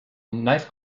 knife